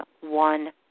one